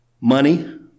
money